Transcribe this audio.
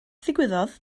ddigwyddodd